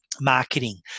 marketing